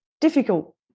difficult